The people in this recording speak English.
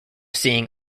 seeing